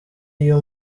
iyo